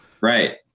Right